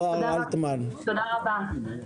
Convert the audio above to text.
תודה רבה.